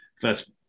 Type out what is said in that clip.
first